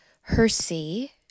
Hersey